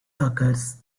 occurs